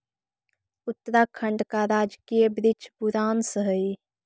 उत्तराखंड का राजकीय वृक्ष बुरांश हई